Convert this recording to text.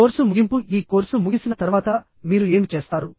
course ముగింపు ఈ course ముగిసిన తర్వాత మీరు ఏమి చేస్తారు